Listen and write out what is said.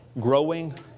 growing